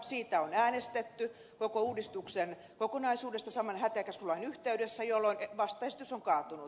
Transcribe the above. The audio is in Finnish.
siitä on äänestetty koko uudistuksen kokonaisuudesta saman hätäkeskuslain yhteydessä jolloin vastaesitys on kaatunut